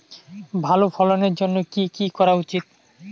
ভালো ফলনের জন্য কি কি করা উচিৎ?